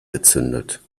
gezündet